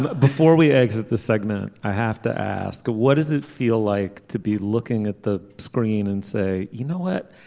before we exit this segment i have to ask a what does it feel like to be looking at the screen and say you know what.